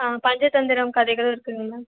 ஆ பஞ்சதந்திரம் கதைகளும் இருக்குங்க மேம்